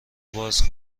باز